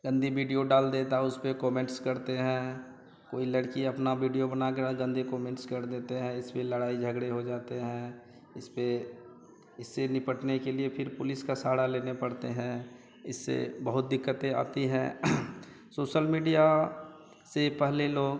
गंदी विडियो डाल देता हूँ उसपर कोमेंट्स करते हैं कोई लड़की अपना वीडियो बनाकर गंदे कोमेंट्स कर देते हैं इसपर लड़ाई झगड़े हो जाते हैं इसपर इससे निपटने के लिए फिर पुलिस का सहारा लेना पड़ता है इससे बहुत दिक़्क़तें आती हैं सोसल मीडिया से पहले लोग